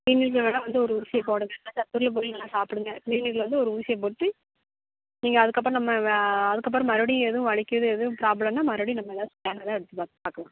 க்ளீனிக்கில் வேணுணா வந்து ஒரு ஊசியை போடுங்க நல்லா சத்து உள்ள பொருள் நல்லா சாப்பிடுங்க க்ளீனிக்கில் வந்து ஒரு ஊசியைப் போட்டு நீங்கள் அதுக்கப்பறம் நம்ம வே அதுக்கப்பறம் மறுபடி எதுவும் வலிக்கிறது எதுவும் ப்ராப்ளோனால் மறுபடி நம்ம ஏதாச்சு ஸ்கேனில் தான் எடுத்து பாக் பார்க்கலாம்